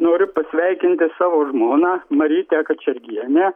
noriu pasveikinti savo žmoną marytę kačergienę